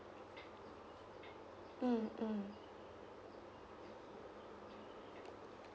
mm mm